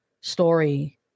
story